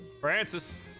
Francis